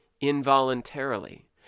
involuntarily